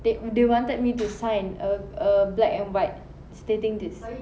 they they wanted me to sign a a black and white stating this